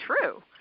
true